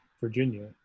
Virginia